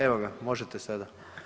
Evo ga, možete sada.